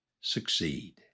succeed